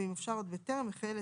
ואם אפשר עוד בטרם החל,